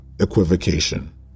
equivocation